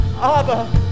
Abba